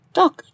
Dog